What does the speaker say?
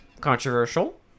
controversial